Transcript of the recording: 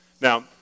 Now